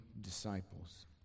disciples